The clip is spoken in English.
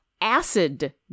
acid